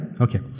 Okay